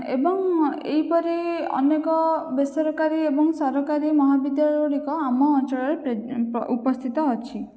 ଏବଂ ଏହିପରି ଅନେକ ବେସରକାରୀ ଏବଂ ସରକାରୀ ମହାବିଦ୍ୟାଳୟ ଗୁଡ଼ିକ ଆମ ଅଞ୍ଚଳରେ ଉପସ୍ଥିତ ଅଛି